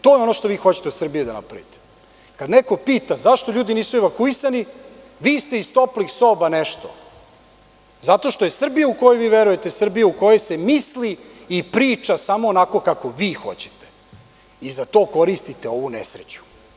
To je ono što hoćete od Srbije da napravite, kad neko pita – zašto ljudi nisu evakuisani, vi ste iz toplih soba nešto, zato što je Srbija u koju vi verujete Srbija u kojoj se misli i priča samo onako kako vi hoćete i za to koristite ovu nesreću.